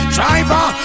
Driver